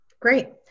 Great